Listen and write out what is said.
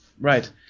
Right